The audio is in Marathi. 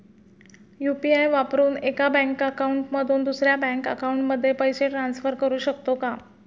यु.पी.आय वापरून एका बँक अकाउंट मधून दुसऱ्या बँक अकाउंटमध्ये पैसे ट्रान्सफर करू शकतो का?